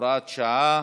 הוראת שעה),